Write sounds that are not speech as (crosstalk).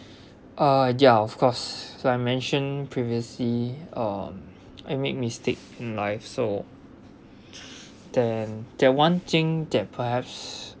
uh ya of course so I mentioned previously um I made mistake in life so (breath) then there are one thing that perhaps